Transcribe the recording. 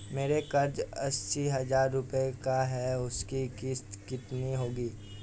मेरा कर्ज अस्सी हज़ार रुपये का है उसकी किश्त कितनी होगी?